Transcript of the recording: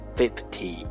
fifty